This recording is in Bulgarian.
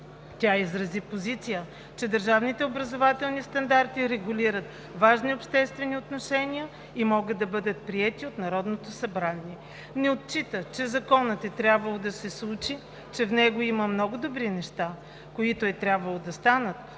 образователни стандарти регулират важни обществени отношения и могат да бъдат приети от Народното събрание. Не отрича, че Законът е трябвало да се случи, че в него има много добри неща, които е трябвало да станат,